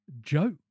joke